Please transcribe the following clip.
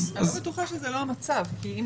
אז --- אני לא בטוחה שזה לא המצב.